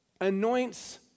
anoints